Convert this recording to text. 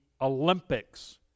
Olympics